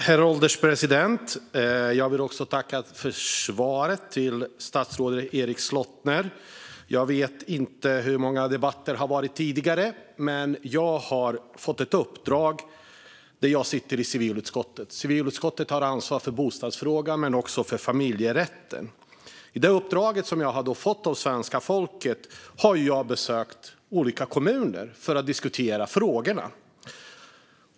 Herr ålderspresident! Jag vill tacka statsrådet Erik Slottner för svaret. Jag vet inte hur många debatter som har förts om detta tidigare. Men jag har fått uppdraget att sitta i civilutskottet, och civilutskottet har ansvar för bostadsfrågan men också för familjerätten. I detta uppdrag, som jag har fått av svenska folket, har jag besökt olika kommuner för att diskutera de här frågorna.